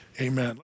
amen